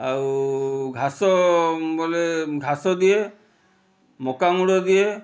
ଆଉ ଘାସ ବୋଲେ ଘାସ ଦିଏ ମକା ମୂଳ ଦିଏ